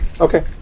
Okay